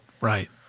Right